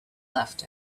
left